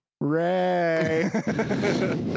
Ray